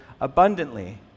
abundantly